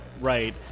right